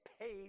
paid